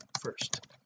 first